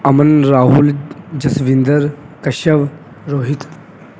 Aman Rahul Jaswinder Keshav Rohit